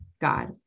God